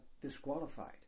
disqualified